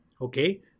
okay